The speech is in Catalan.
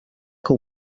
que